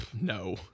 No